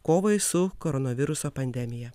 kovai su koronaviruso pandemija